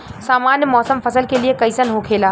सामान्य मौसम फसल के लिए कईसन होखेला?